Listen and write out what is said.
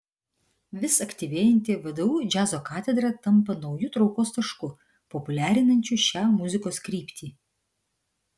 vis aktyvėjanti vdu džiazo katedra tampa nauju traukos tašku populiarinančiu šią muzikos kryptį